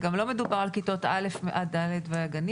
גם לא מדובר על כיתות א' עד ד' והגנים